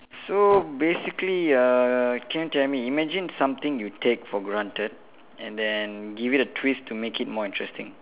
so basically uh can you tell me imagine something you take for granted and then give it a twist to make it more interesting